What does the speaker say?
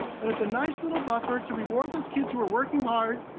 but it's a nice little buffer to reward those kids who are working hard,